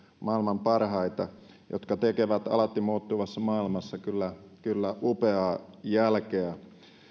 maailman parhaita ja he tekevät alati muuttuvassa maailmassa kyllä kyllä upeaa jälkeä